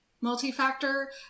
multi-factor